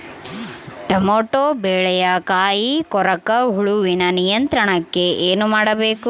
Tomato ಬೆಳೆಯ ಕಾಯಿ ಕೊರಕ ಹುಳುವಿನ ನಿಯಂತ್ರಣಕ್ಕೆ ಏನು ಮಾಡಬೇಕು?